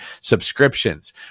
subscriptions